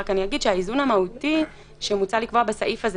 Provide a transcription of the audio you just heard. אוסיף שהאיזון המהותי שמוצע לקבוע בסעיף הזה